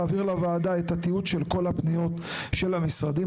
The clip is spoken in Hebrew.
להעביר לוועדה את התיעוד של כל הפניות של המשרדים,